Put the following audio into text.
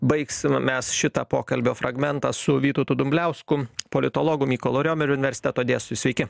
baigsim mes šitą pokalbio fragmentą su vytautu dumbliausku politologu mykolo riomerio universiteto dėstytoju sveiki